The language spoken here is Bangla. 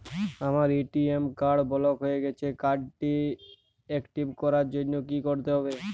আমার এ.টি.এম কার্ড ব্লক হয়ে গেছে কার্ড টি একটিভ করার জন্যে কি করতে হবে?